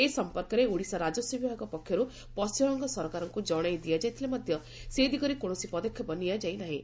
ଏ ସମ୍ମର୍କରେ ଓଡ଼ିଶା ରାକସ୍ୱ ବିଭାଗ ପକ୍ଷରୁ ପଣ୍କିମବଙ୍ଙ ସରକାରଙ୍କୁ ଜଶାଇ ଦିଆଯାଇଥିଲେ ମଧ ସେ ଦିଗରେ କୌଣସି ପଦକ୍ଷେପ ନିଆଯାଇନାହିଁ